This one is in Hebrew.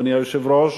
אדוני היושב-ראש,